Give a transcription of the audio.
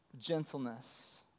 gentleness